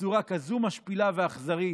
בצורה כזו משפילה ואכזרית,